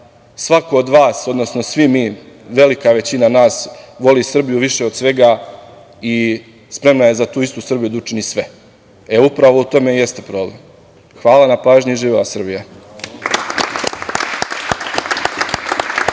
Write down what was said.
svako od vas, odnosno svi mi, velika većina nas, voli Srbiju više od svega i spremna je za tu istu Srbiju da učini sve. Upravo u tome i jeste problem. Hvala na pažnji i živela Srbija.